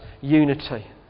unity